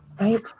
right